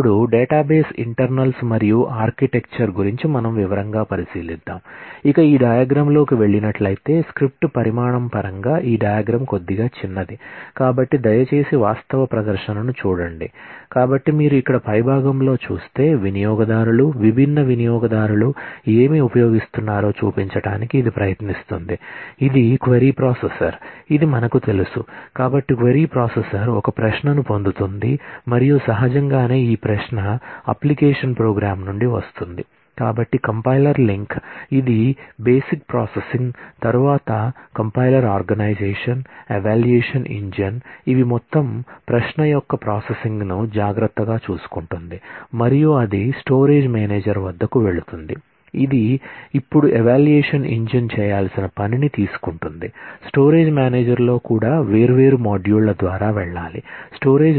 ఇప్పుడు database internals మరియు architecture